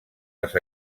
les